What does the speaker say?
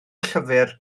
llyfr